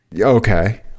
okay